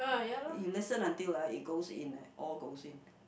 you listen until lah it goes in right all goes in